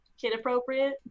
Kid-appropriate